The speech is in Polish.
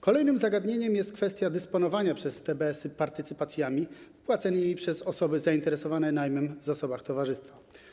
Kolejnym zagadnieniem jest kwestia dysponowania przez TBS-y partycypacjami płaconymi przez osoby zainteresowane najmem w zasobach towarzystwa.